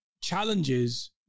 challenges